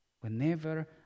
Whenever